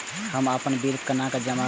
हम अपन बिल केना जमा करब?